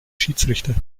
schiedsrichter